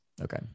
Okay